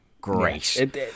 great